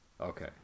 Okay